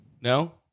no